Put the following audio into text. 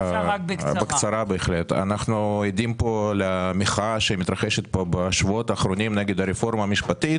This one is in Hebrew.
אנחנו עדים כאן למחאה שמתרחשת בשבועות האחרונים נגד הרפורמה המשפטית